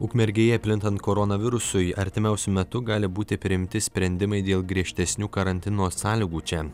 ukmergėje plintant koronavirusui artimiausiu metu gali būti priimti sprendimai dėl griežtesnių karantino sąlygų čia